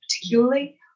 particularly